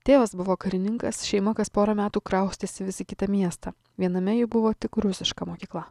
tėvas buvo karininkas šeima kas porą metų kraustėsi vis į kitą miestą viename jų buvo tik rusiška mokykla